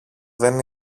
δεν